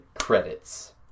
Credits